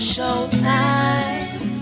Showtime